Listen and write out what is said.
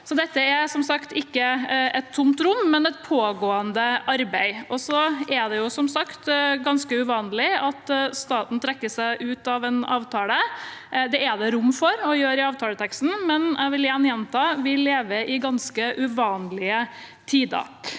Dette er altså ikke et lovtomt rom, men et pågående arbeid. Det er som sagt ganske uvanlig at staten trekker seg ut av en avtale. Det er det rom for å gjøre i avtaleteksten, men jeg vil igjen gjenta: Vi lever i ganske uvanlige tider.